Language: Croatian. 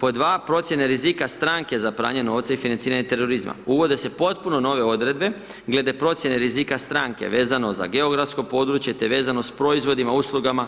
Pod 2. procjene rizika stranke za pranje novca i financiranja terorizma, uvode se potpuno nove odredbe glede procjene rizika stranke vezano za geografsko područje te vezano s proizvodima, uslugama,